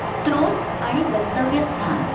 स्रोत आणि गंतव्यस्थान